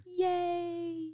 Yay